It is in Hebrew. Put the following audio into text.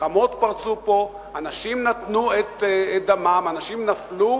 מלחמות פרצו פה, אנשים נתנו את דמם, אנשים נפלו